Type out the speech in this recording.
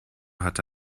hatte